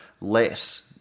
less